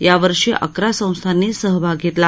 यावर्षी अकरा संस्थांनी सहभाग घेतला आहे